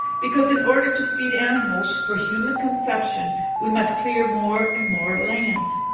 because in order to feed animals for human consumption we must clear more and more land.